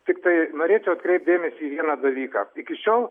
tiktai norėčiau atkreipt dėmesį į vieną dalyką iki šiol